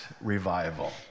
revival